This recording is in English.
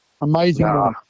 Amazing